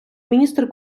міністр